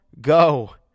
go